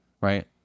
right